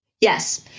Yes